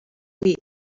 meet